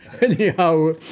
Anyhow